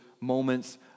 moments